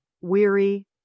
weary